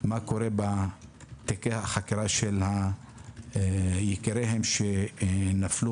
מה קורה בתיקי החקירה של יקיריהם שנפלו